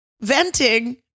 venting